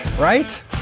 right